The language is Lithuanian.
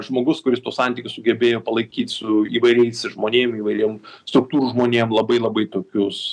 žmogus kuris tuos santykius sugebėjo palaikyt su įvairiais žmonėm įvairiem struktūrų žmonėm labai labai tokius